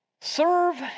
Serve